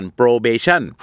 probation